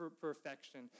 perfection